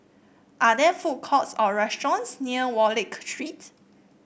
are there food courts or restaurants near Wallich Street